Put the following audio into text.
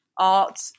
art